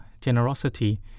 generosity